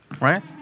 Right